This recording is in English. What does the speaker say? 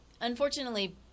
unfortunately